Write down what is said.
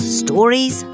stories